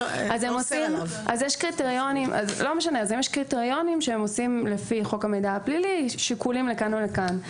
אז יש קריטריונים שהם עושים לפי חוק המידע הפלילי שיקולים לכאן או לכאן.